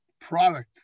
product